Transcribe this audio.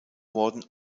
worden